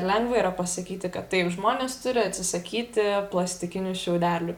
lengva yra pasakyti kad taip žmonės turi atsisakyti plastikinių šiaudelių